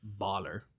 baller